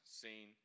seen